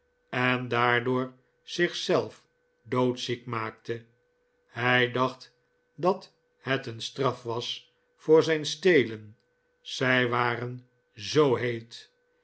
en daardoor zichzelf doodziek maakte hij dacht dat het een straf was voor zijn stelen zij waren zoo heet